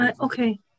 Okay